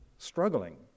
Struggling